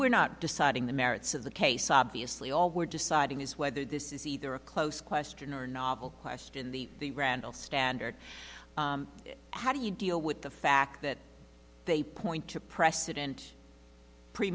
we're not deciding the merits of the case obviously all we're deciding is whether this is either a close question or novel question the randall standard how do you deal with the fact that they point to precedent pre